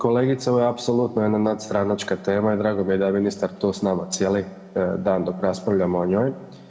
Kolegice ovo je apsolutno jedna nadstranačka tema i drago mi je da je ministar to s nama cijeli dan dok raspravljamo o njoj.